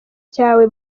cyawe